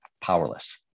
powerless